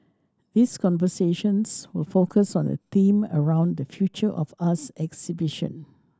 these conversations will focus on the theme around the Future of us exhibition